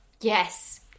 Yes